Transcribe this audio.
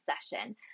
session